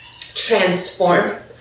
transform